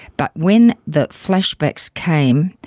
but when the flashbacks came,